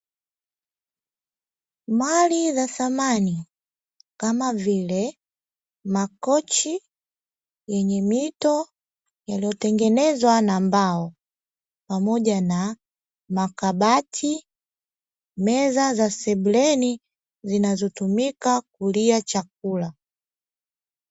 Mali za thamani kama vile makochi yenye mito yaliotengezwa na mbao pamoja na makabati, meza za sebuleni zinazotumika kulia chakula